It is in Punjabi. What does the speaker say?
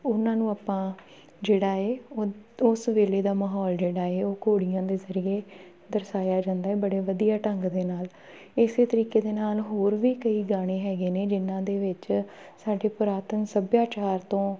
ਉਹਨਾਂ ਨੂੰ ਆਪਾਂ ਜਿਹੜਾ ਹੈ ਉਹ ਉਸ ਵੇਲੇ ਦਾ ਮਾਹੌਲ ਜਿਹੜਾ ਹੈ ਉਹ ਘੋੜੀਆਂ ਦੇ ਜ਼ਰੀਏ ਦਰਸਾਇਆ ਜਾਂਦਾ ਬੜੇ ਵਧੀਆ ਢੰਗ ਦੇ ਨਾਲ ਇਸ ਤਰੀਕੇ ਦੇ ਨਾਲ ਹੋਰ ਵੀ ਕਈ ਗਾਣੇ ਹੈਗੇ ਨੇ ਜਿਨ੍ਹਾਂ ਦੇ ਵਿੱਚ ਸਾਡੇ ਪੁਰਾਤਨ ਸੱਭਿਆਚਾਰ ਤੋਂ